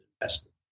investment